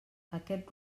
aquest